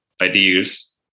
ideas